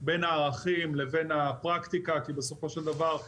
בין הערכים לבין הפרקטיקה כי בסופו של דבר,